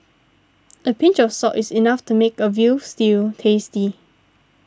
a pinch of salt is enough to make a Veal Stew tasty